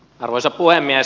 arvoisa puhemies